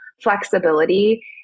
flexibility